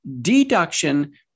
Deduction